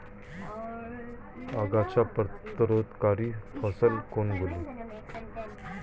আগাছা প্রতিরোধকারী ফসল কোনগুলি?